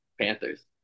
Panthers